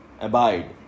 Abide